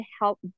help